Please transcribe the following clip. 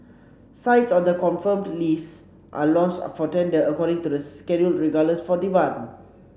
sites on the confirmed list are launched for tender according to the schedule regardless for demand